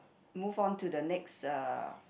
move on to the next uh